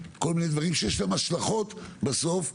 כל מיני דברים שיש להם בסוף השלכות.